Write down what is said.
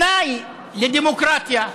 תנאי לדמוקרטיה.